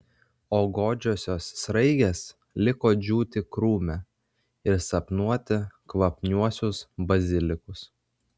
o godžiosios sraigės liko džiūti krūme ir sapnuoti kvapniuosius bazilikus